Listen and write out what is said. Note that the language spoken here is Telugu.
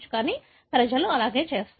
కానీ ప్రజలు ఇలాగే చేస్తారు